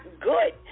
good